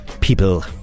people